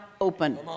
open